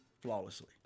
flawlessly